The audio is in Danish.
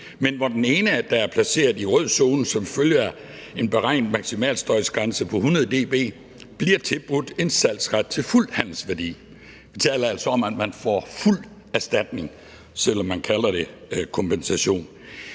hvor den ene, som er placeret i rød zone, som følge af en beregnet maksimalstøjsgrænse på 100 dB bliver tilbudt en salgsret til fuld handelsværdi. Vi taler altså om, at man får fuld erstatning, selv om man kalder det kompensation.